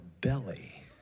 belly